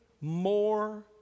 more